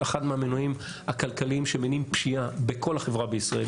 אחד מהמנועים הכלכליים שמניעים פשיעה בכל החברה בישראל,